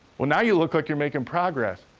well, now, you look like you're making progress.